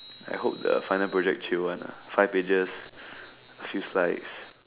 I hope the final project chill [one] ah five pages a few slide